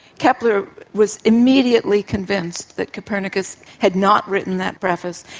kepler was immediately convinced that copernicus had not written that preface.